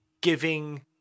giving